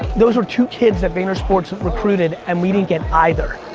those were two kids that vaynersports recruited and we didn't get either.